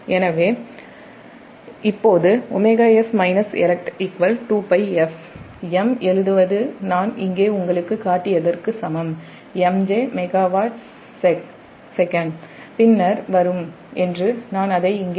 எனவேஇப்போது M எழுதுவது நான் இங்கே உங்களுக்குக் காட்டியதற்கு சமம் MJ மெகாவாட் செக்வே பின்னர் வரும் என்று நான் அதை இங்கே செய்துள்ளேன்